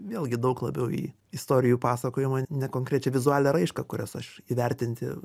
vėlgi daug labiau į istorijų pasakojamą ne konkrečią vizualią raišką kurias aš įvertinti